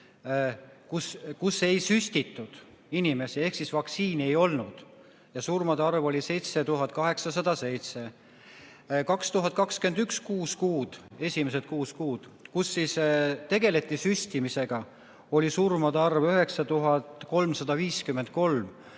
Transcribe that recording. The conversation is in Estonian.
kui ei süstitud inimesi ehk vaktsiini ei olnud ja surmade arv oli 7807. Aastal 2021 esimesed kuus kuud, kui tegeleti süstimisega, oli surmade arv 9353.